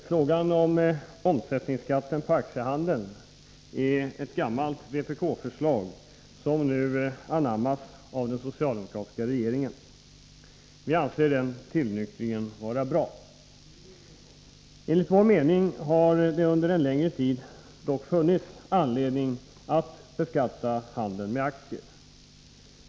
Herr talman! En omsättningsskatt på aktiehandeln är ett gammalt vpk-förslag, som nu anammats av den socialdemokratiska regeringen. Vi anser denna tillnyktring vara bra. Enligt vår mening har det under en längre tid funnits anledning att beskatta handeln med aktier.